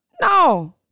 No